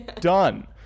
done